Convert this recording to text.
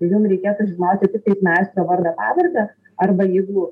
ir jum reikėtų žinoti tikstais meistro vardą pavardę arba jeigu